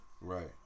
right